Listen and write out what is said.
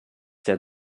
der